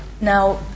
Now